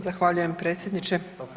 Zahvaljujem predsjedniče.